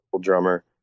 drummer